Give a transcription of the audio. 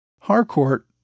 Harcourt